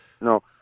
No